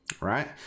right